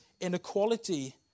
inequality